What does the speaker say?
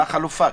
מה החלופה?